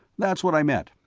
that's what i meant.